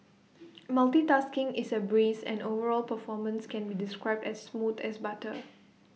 multitasking is A breeze and overall performance can be described as smooth as butter